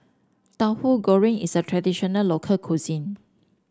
Tahu Goreng is a traditional local cuisine